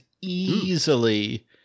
easily